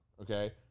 Okay